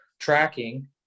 Tracking